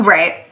Right